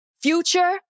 Future